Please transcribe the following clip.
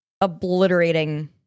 obliterating